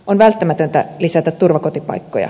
on välttämätöntä lisätä turvakotipaikkoja